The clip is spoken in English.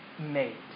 made